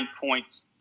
points